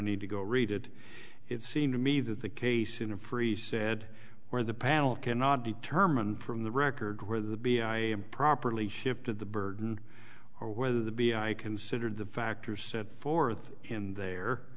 need to go read it it seemed to me that the case in free said where the panel cannot determine from the record where the b i properly shifted the burden or whether the b i considered the factors set forth in there